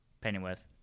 Pennyworth